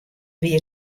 wie